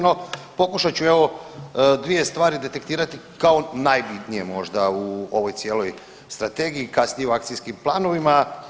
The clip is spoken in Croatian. No, pokušat ću evo dvije stvari detektirati kao najbitnije možda u ovoj cijeloj strategiji i kasnije u akcijskim planovima.